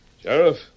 sheriff